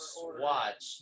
watch